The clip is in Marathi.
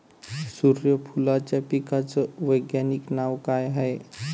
सुर्यफूलाच्या पिकाचं वैज्ञानिक नाव काय हाये?